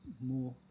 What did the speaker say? more